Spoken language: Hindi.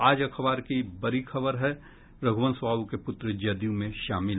आज अखबार की बड़ी खबर है रघुवंश बाबू के पुत्र जदयू में शामिल